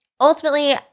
Ultimately